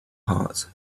heart